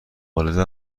آلوده